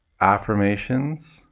affirmations